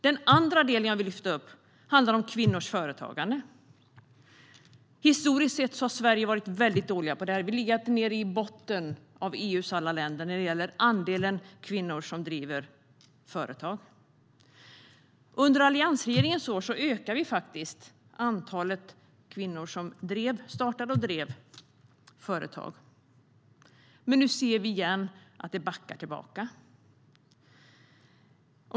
Den andra delen jag vill lyfta upp handlar om kvinnors företagande. Historiskt sett har vi i Sverige varit väldigt dåliga på detta område. Vi ligger alltid i botten av EU:s alla länder när det gäller andelen kvinnor som driver företag. Under alliansregeringens år ökade antalet kvinnor som startade och drev företag. Men nu backar vi igen.